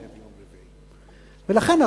ולכן,